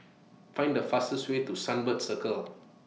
Find The fastest Way to Sunbird Circle